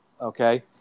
okay